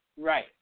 Right